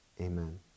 amen